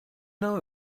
know